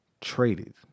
traded